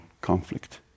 conflict